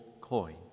coin